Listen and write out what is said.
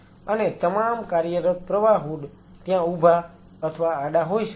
અને તમામ કાર્યરત પ્રવાહ હૂડ ત્યાં ઊભા અથવા આડા હોઈ શકે છે